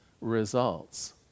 results